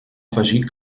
afegir